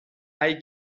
hay